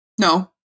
No